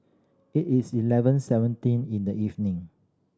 it is eleven seventeen in the evening